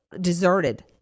deserted